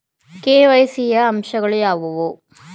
KYC ಯ ಅಂಶಗಳು ಯಾವುವು?